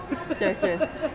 stress stress